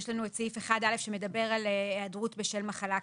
יש לנו את סעיף 1א שמדבר על היעדרות בשל מחלה קשה,